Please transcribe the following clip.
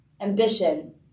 ambition